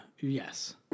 Yes